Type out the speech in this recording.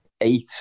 eight